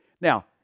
Now